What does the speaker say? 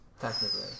technically